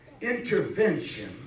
intervention